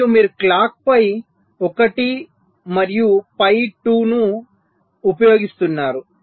మరియు మీరు clock phi 1 మరియు ఫై 2 ను ఉపయోగిస్తున్నారు